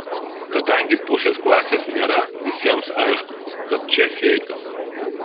kadangi pusės klasės nėra visiems aišku kad čia feikas